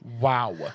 Wow